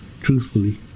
truthfully